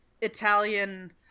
Italian